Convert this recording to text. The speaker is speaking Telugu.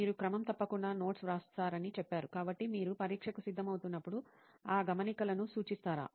మీరు క్రమం తప్పకుండా నోట్స్ వ్రాస్తారని చెప్పారు కాబట్టి మీరు పరీక్షకు సిద్ధమవుతున్నప్పుడు ఆ గమనికలను సూచిస్తారా